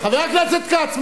חבר הכנסת כץ,